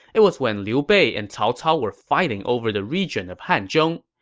it was when liu bei and cao cao were fighting over the region of hanzhong.